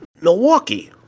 Milwaukee